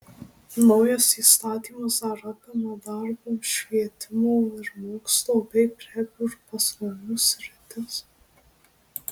naujas įstatymas dar apima darbo švietimo ir mokslo bei prekių ir paslaugų sritis